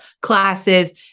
classes